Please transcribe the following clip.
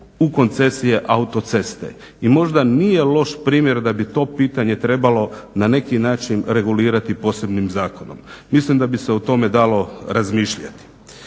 u koncesije autoceste i možda nije loš primjer da bi to pitanje trebalo na neki način regulirati posebnim zakonom. Mislim da bi se o tome dalo razmišljati.